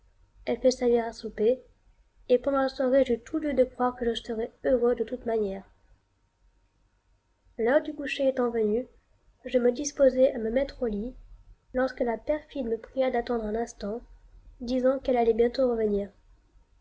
elle fait servir à souper et pendant la soirée j'eus tout lieu de croire que je serais heureux de toute manière l'heure du coucher étant venue je me disposais à me mettre au lit lorsque la perfide me pria d'attendre un instant disant qu'elle allait bientôt revenir